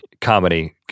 comedy